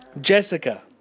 jessica